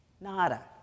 Nada